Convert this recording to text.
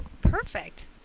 Perfect